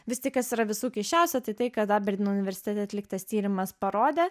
vis tik kas yra visų keisčiausia tai tai kad aberdyno universitete atliktas tyrimas parodė